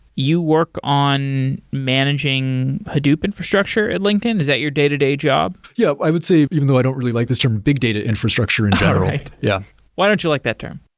you work on managing hadoop infrastructure at linkedin. is that your day-to-day job? yeah. i would say even though i don't really like this term big data infrastructure in yeah general. yeah why don't you like that term?